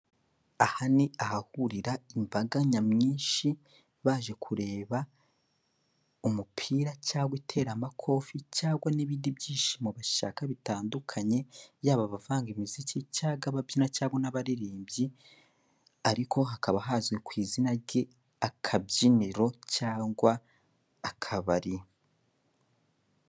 Aha ni ahahurira imbaga nyamwinshi baje kureba umupira cyangwa iteramakofe cyangwa n'ibindi byishimo bashaka bitandukanye yaba abavanga imiziki, cyangwa ababyina cyangwa n'abaririmbyi ariko hakaba hazwi ku izina ry'akabyiniro cyangwa akabari.